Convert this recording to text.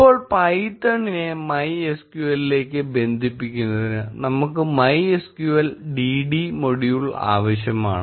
ഇപ്പോൾ പൈത്തണിനെ MySQL ലേക്ക് ബന്ധിപ്പിക്കുന്നതിന് നമുക്ക് MySQL dd മൊഡ്യൂൾ ആവശ്യമാണ്